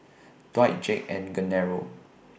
Dwight Jake and Genaro